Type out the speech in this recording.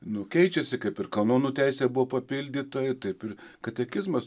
nu keičiasi kaip ir kanonų teisė buvo papildyta taip ir katekizmas